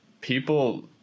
people